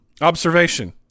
observation